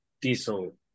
Diesel